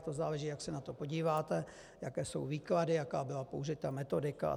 To záleží, jak se na to podíváte, jaké jsou výklady, jaká byla použita metodika atd. atd.